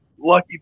lucky